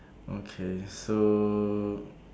okay so